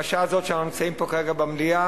בשעה הזאת, שאנחנו נמצאים פה כרגע במליאה,